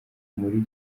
muri